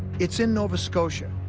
it's in nova scotia,